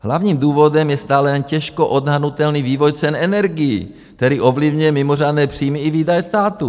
Hlavním důvodem je stále jen těžko odhadnutelný vývoj cen energií, který ovlivňuje mimořádné příjmy i výdaje státu.